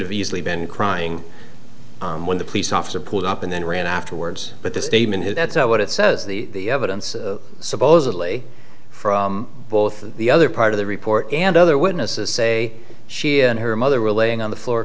easily been crying when the police officer pulled up and then ran afterwards but this statement and that's what it says the evidence supposedly from both the other part of the report and other witnesses say she and her mother were laying on the floor